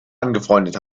angefreundet